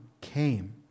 came